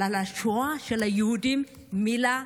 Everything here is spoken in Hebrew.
אבל על השואה של היהודים, אף מילה.